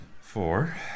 four